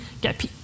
get